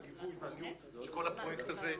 הליווי והניהול של כל הפרויקט הזה.